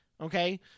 okay